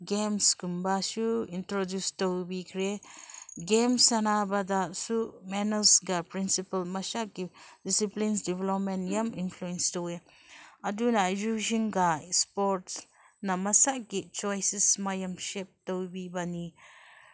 games ꯀꯨꯝꯕꯁꯨ introduce ꯇꯧꯕꯤꯈ꯭ꯔꯦ games ꯁꯥꯟꯅꯕꯗꯁꯨ ꯃꯦꯅꯔꯁꯒ ꯄ꯭ꯔꯤꯟꯁꯤꯄꯜ ꯃꯁꯥꯒꯤ ꯗꯤꯁꯤꯄ꯭ꯂꯤꯟ ꯗꯦꯕꯂꯞꯃꯦꯟ ꯌꯥꯝ ꯏꯟꯐ꯭ꯂꯨꯋꯦꯟꯁ ꯇꯧꯋꯦ ꯑꯗꯨꯅ ꯏꯖꯨꯀꯦꯁꯟꯒ ꯏꯁꯄꯣꯔꯠꯁꯅ ꯃꯁꯥꯒꯤ ꯆꯣꯏꯁꯦꯁ ꯃꯌꯥꯝ ꯁꯦꯞ ꯇꯧꯕꯤꯕꯅꯤ